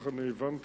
כך אני הבנתי.